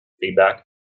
feedback